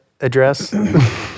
address